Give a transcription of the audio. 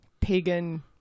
pagan